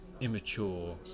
immature